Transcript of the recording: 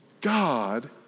God